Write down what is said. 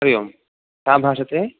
हरि ओं का भाषते